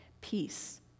peace